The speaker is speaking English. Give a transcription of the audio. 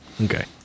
Okay